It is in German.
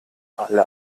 alle